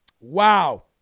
Wow